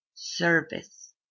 service